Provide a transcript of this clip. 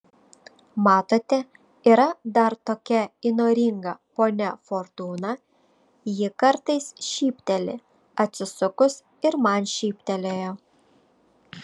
matote yra dar tokia įnoringa ponia fortūna ji kartais šypteli atsisukus ir man šyptelėjo